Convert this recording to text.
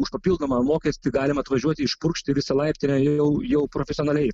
už papildomą mokestį galima atvažiuoti išpurkšti visą laiptinę jau jau profesionaliai